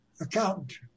accountant